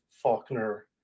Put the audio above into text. Faulkner